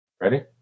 Ready